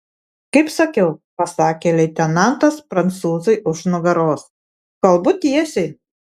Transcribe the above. kaip sakiau pasakė leitenantas prancūzui už nugaros kalbu tiesiai